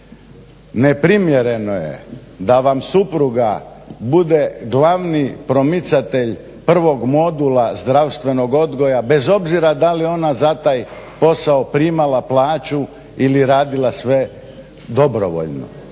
Neprimjereno je da vam supruga bude glavni promicatelj Prvog modula zdravstvenog odgoja bez obzira da li ona za taj posao primala plaću ili radila sve dobrovoljno.